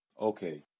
Okay